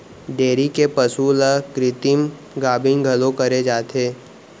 dairy के पसु ल कृत्रिम गाभिन घलौ करे जाथे